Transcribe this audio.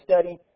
study